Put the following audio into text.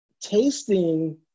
tasting